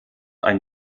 ein